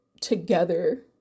together